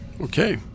Okay